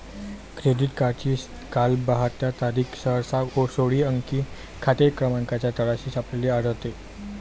credit कार्डची कालबाह्यता तारीख सहसा सोळा अंकी खाते क्रमांकाच्या तळाशी छापलेली आढळते